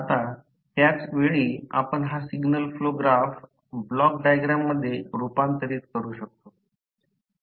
आता त्याच वेळी आपण हा सिग्नल फ्लो ग्राफ ब्लॉक डायग्राममध्ये रूपांतरित करू शकतो